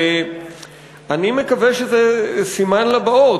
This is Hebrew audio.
ואני מקווה שזה סימן לבאות.